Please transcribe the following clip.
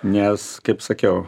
nes kaip sakiau